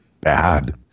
bad